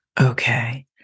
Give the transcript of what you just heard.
Okay